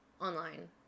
online